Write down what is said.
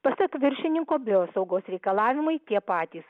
pasak viršininko biosaugos reikalavimai tie patys